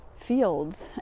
fields